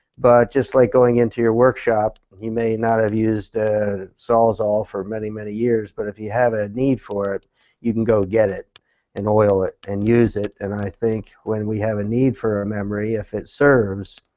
but just like going into your work shop you may not have used a saws-all for many many years but if you have a need for it you can go get it and oil it and use it. and i think when we have a need for a memory, if it serves,